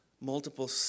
multiple